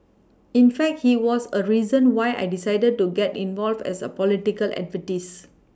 in fact he was a reason why I decided to get involved as a political activist